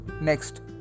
Next